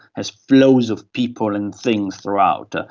has flows of people and things throughout. ah